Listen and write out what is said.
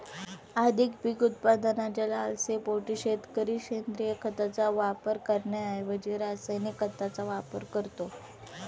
अधिक पीक उत्पादनाच्या लालसेपोटी शेतकरी सेंद्रिय खताचा वापर करण्याऐवजी रासायनिक खतांचा वापर करतो